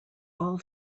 all